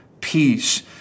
peace